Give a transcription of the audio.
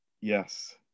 Yes